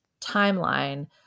timeline